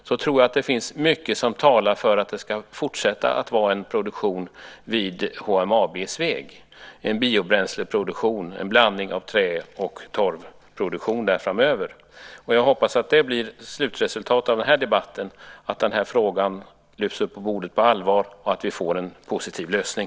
Jag tror att det finns mycket som talar för att det ska fortsätta att vara en produktion vid HMAB i Sveg och att det kommer att vara en biobränsleproduktion, en blandning av trä och torvproduktion, där framöver. Jag hoppas att slutresultatet av den här debatten blir att frågan lyfts upp på bordet på allvar och att vi får en positiv lösning.